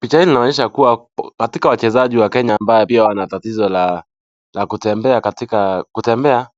Picha hii inaonyesha kuwa katika wachezaji wa Kenya ambao pia wana tatizo la kutembea .